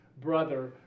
brother